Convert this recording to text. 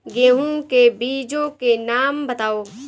गेहूँ के बीजों के नाम बताओ?